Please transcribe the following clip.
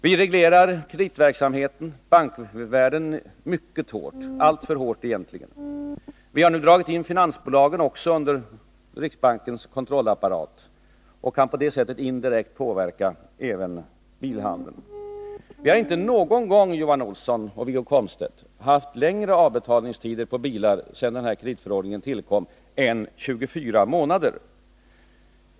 Vi reglerar kreditverksamheten, bankvärlden, mycket hårt — alltfört hårt egentligen. Vi har nu dragit in också finansbolagen under riksbankens kontrollapparat, och vi kan på det sättet indirekt påverka även bilhandeln. Men vi har inte någon gång, Johan Olsson och Wiggo Komstedt, haft längre avbetalningstider än 24 månader på bilar sedan bilkreditförordningen tillkom.